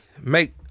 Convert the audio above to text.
make